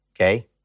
Okay